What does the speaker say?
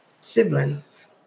siblings